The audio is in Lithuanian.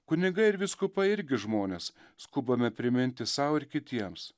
kunigai ir vyskupai irgi žmonės skubame priminti sau ir kitiems